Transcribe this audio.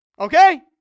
Okay